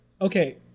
Okay